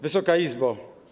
Wysoka Izbo!